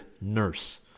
nurse